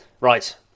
Right